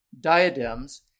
diadems